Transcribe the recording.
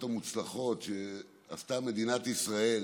המוצלחות שעשתה מדינת ישראל